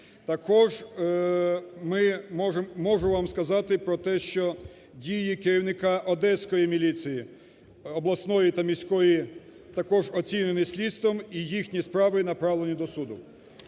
Також ми… можу вам сказати про те, що дії керівника Одеської міліції, обласної та міської, також оцінені слідством, і їхні справи направлені до суду.